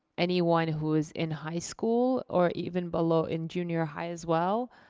anyone who is in high school, or even below in junior high, as well?